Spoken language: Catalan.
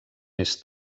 més